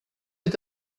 est